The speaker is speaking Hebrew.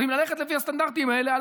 ואם ללכת לפי הסטנדרטים האלה,